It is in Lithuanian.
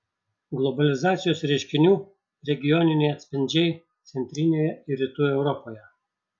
globalizacijos reiškinių regioniniai atspindžiai centrinėje ir rytų europoje